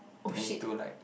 twenty two likes